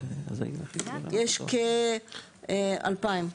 יש כ-2,000.